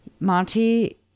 Monty